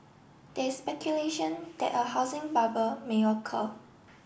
there is speculation that a housing bubble may occur